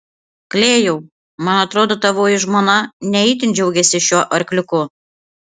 klėjau man atrodo tavoji žmona ne itin džiaugiasi šiuo arkliuku